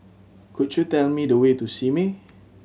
could you tell me the way to Simei